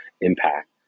impact